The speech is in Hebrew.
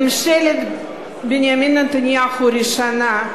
ממשלת בנימין נתניהו הישנה,